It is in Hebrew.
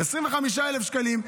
25,000 שקלים,